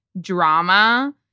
drama